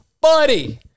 buddy